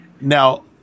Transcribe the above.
Now